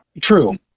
True